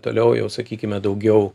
toliau jau sakykime daugiau